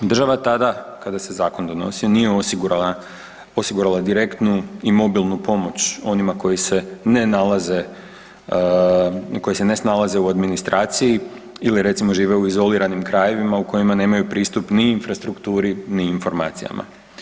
Država tada kada se zakon donosio nije osigurala direktnu i mobilnu pomoć onima koji se ne nalaze koji se ne snalaze u administraciji ili recimo žive u izoliranim krajevima u kojima nemaju pristup ni infrastrukturi ni informacijama.